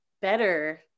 better